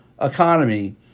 economy